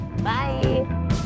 Bye